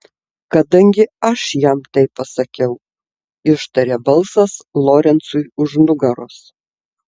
kadangi aš jam tai pasakiau ištarė balsas lorencui už nugaros